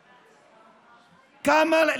כמה?